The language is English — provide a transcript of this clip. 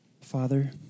Father